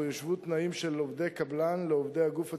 שבו ישוו תנאים בין עובדי קבלן לעובדי הגוף הציבורי,